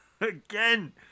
Again